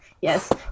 Yes